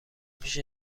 میشه